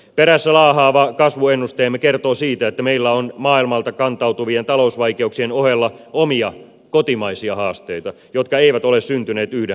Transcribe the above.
perässä laahaava kasvuennusteemme kertoo siitä että meillä on maailmalta kantautuvien talousvaikeuksien ohella omia kotimaisia haasteita jotka eivät ole syntyneet yhden hallituksen aikana